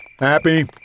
Happy